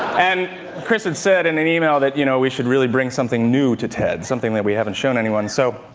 and chris had said in an email that you know we should really bring something new to ted, something that we haven't shown anyone. so,